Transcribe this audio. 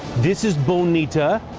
this is bonita,